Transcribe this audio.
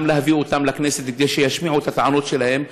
וגם להביא אותם לכנסת כדי שישמיעו את הטענות שלהם.